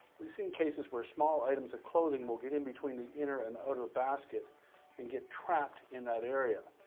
we've seen cases where small items of clothing will get in between the inner and outer basket and get trapped in that area.